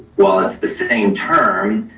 while it's the same term,